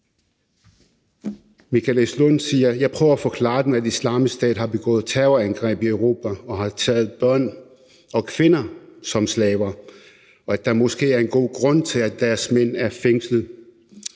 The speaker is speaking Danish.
Michael S. Lund skriver: »Jeg prøver at forklare dem, at Islamisk Stat har begået terrorangreb i Europa og taget kvinder og børn som slaver, og at der måske er en god grund til, at deres mænd er i fængsel.